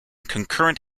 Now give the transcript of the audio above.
concurrent